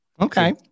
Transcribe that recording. okay